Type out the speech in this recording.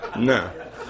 No